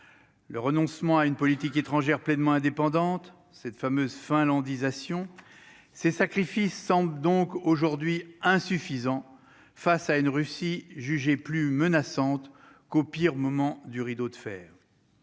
le renoncement à une politique étrangère pleinement indépendante cette fameuse finlandisation ces sacrifices semble donc aujourd'hui insuffisant face à une Russie jugée plus menaçante qu'au pire moment du rideau de fer